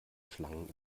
schlangen